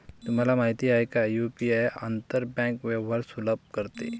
तुम्हाला माहित आहे का की यु.पी.आई आंतर बँक व्यवहार सुलभ करते?